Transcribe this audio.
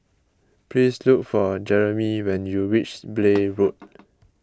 please look for Jeremie when you reach Blair Road